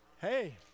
Hey